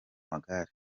magare